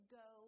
go